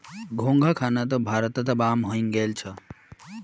घोंघा खाना त अब भारतत आम हइ गेल छ